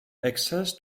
access